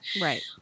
Right